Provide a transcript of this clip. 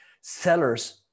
sellers